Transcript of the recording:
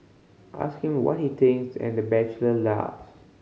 ask him what he thinks and the bachelor laughs